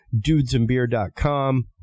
dudesandbeer.com